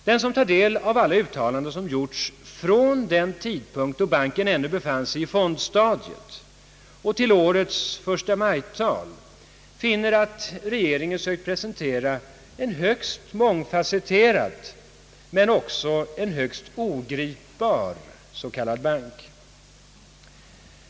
Den som har tagit del av alla uttalanden som har gjorts från den tidpunkt då banken ännu befann sig på fondstadiet och till årets förstamajtal finner, att regeringen har sökt presentera en högst mångfacetterad men också ogripbar s.k. bank.